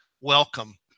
Welcome